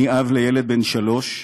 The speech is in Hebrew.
אני אב לילד בן שלוש,